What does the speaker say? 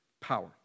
power